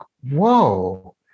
whoa